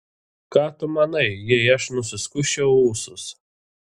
ką tu manai jei aš nusiskusčiau ūsus